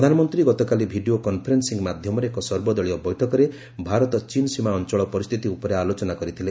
ପ୍ରଧାନମନ୍ତ୍ରୀ ଗତକାଲି video conferencing ମାଧ୍ୟମରେ ଏକ ସର୍ବଦଳୀୟ ବୈଠକରେ ଭାରତ ଚୀନ୍ ସୀମା ଅଞ୍ଚଳ ପରିସ୍ଥିତି ଉପରେ ଆଲୋଚନା କରିଥିଲେ